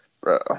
Bro